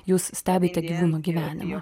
jūs stebite gyvūno gyvenimą